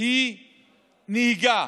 היא נהיגה,